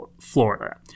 Florida